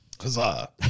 Huzzah